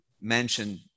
mentioned